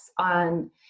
on